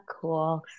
cool